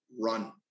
run